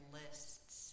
lists